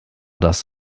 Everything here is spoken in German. das